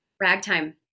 ragtime